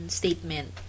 statement